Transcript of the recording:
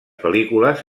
pel·lícules